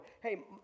hey